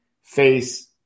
face